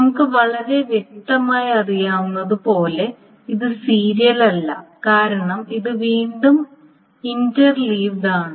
നമുക്ക് വളരെ വ്യക്തമായി അറിയാവുന്നതുപോലെ ഇത് സീരിയൽ അല്ല കാരണം ഇത് വീണ്ടും ഇന്റർ ലീവ്ഡ് ആണ്